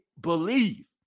believe